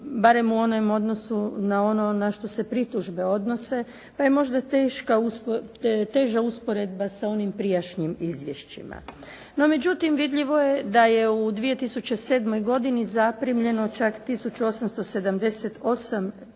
barem u onom odnosu na ono na što se pritužbe odnose, pa je možda teža usporedba sa onim prijašnjim izvješćima. No međutim vidljivo je da je u 2007. godini zaprimljeno čak tisuću